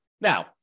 Now